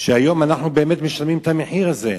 והיום אנחנו משלמים את המחיר הזה.